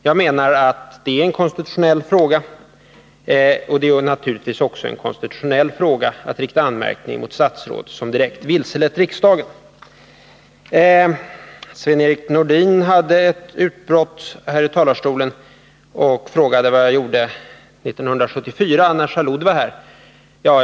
Jag menar att det är en konstitutionell fråga, och det är naturligtvis också en konstitutionell fråga att rikta en anmärkning mot statsråd som direkt har vilselett riksdagen. Sven-Erik Nordin hade ett utbrott här i talarstolen och frågade vad jag gjorde 1974 när premiärminister Jalloud var här.